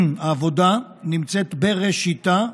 העבודה נמצאת בראשיתה,